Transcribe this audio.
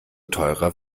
teurer